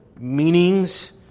meanings